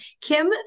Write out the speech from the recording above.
Kim